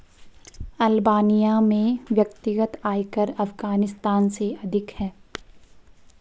Albania में व्यक्तिगत आयकर अफ़ग़ानिस्तान से अधिक है